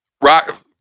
Rock